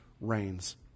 reigns